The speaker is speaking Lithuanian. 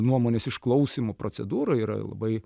nuomonės išklausymo procedūra yra labai